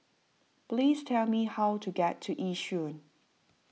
please tell me how to get to Yishun